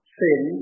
sin